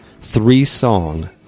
Three-song